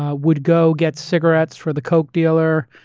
ah would go get cigarettes for the coke dealer,